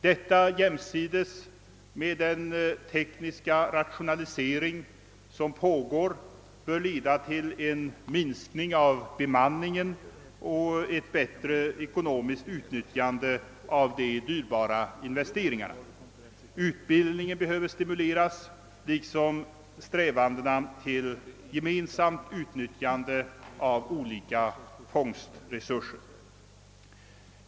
Detta jämsides med den tekniska rationalisering som pågår bör leda till en minskning av bemanningen och ett bättre ekonomiskt utnyttjande av de dyrbara investeringarna. Utbildningen behöver stimuleras liksom också strävandena till gemensamt utnyttjande av olika fångstresurser.